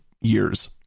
years